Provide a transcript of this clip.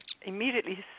immediately